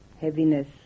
heaviness